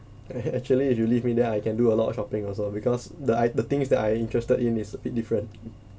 ac~ actually if you leave me there I can do a lot of shopping also because the I the thing is that I interested in is a bit different